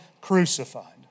crucified